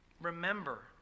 remember